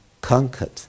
conquered